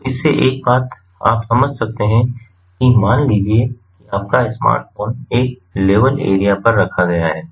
तो इससे एक बात आप समझ सकते हैं कि मान लीजिए कि आपका स्मार्टफ़ोन एक लेवल एरिया पर रखा गया है